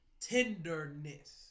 tenderness